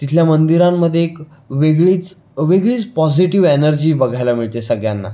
तिथल्या मंदिरांमध्ये एक वेगळीच वेगळीच पॉझिटिव्ह एनर्जी बघायला मिळते सगळ्यांना